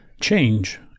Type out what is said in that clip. change